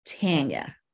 Tanya